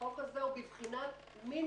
החוק הזה הוא בבחינת מינימום.